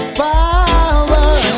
power